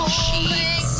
sheets